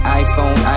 iPhone